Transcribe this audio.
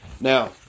Now